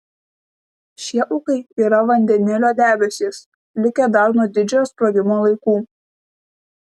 šie ūkai yra vandenilio debesys likę dar nuo didžiojo sprogimo laikų